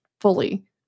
fully